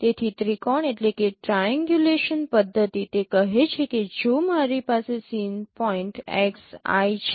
તેથી ત્રિકોણ પદ્ધતિ તે કહે છે કે જો મારી પાસે સીન પોઇન્ટ xi છે